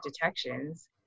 detections